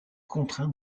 contraint